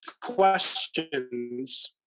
questions